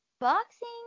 boxing